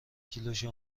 کیلوشه